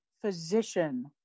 physician